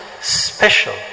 special